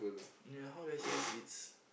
ya how do I say this it's